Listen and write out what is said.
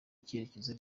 icyerekezo